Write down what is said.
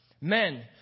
Men